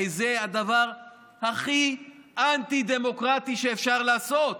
הרי זה הדבר הכי אנטי-דמוקרטי שאפשר לעשות,